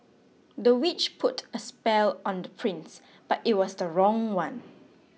the witch put a spell on the prince but it was the wrong one